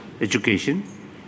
education